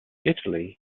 italy